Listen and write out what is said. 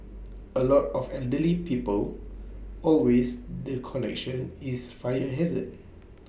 A lot of elderly people always the connection is fire hazard